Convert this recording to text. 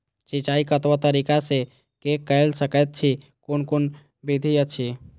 सिंचाई कतवा तरीका स के कैल सकैत छी कून कून विधि अछि?